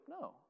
No